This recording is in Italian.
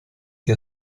che